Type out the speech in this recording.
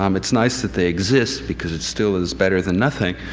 um it's nice that they exist because it still is better than nothing.